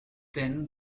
then